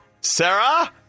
Sarah